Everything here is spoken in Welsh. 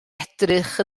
edrych